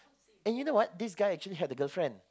and you know what this guy actually had a girlfriend